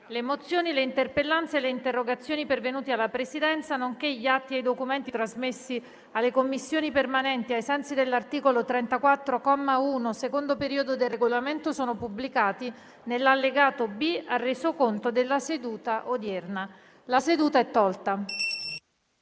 Le mozioni, le interpellanze e le interrogazioni pervenute alla Presidenza, nonché gli atti e i documenti trasmessi alle Commissioni permanenti ai sensi dell'articolo 34, comma 1, secondo periodo, del Regolamento sono pubblicati nell'allegato B al Resoconto della seduta odierna. **Ordine del